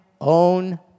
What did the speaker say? own